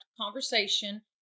conversation